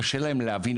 קשה להם להבין,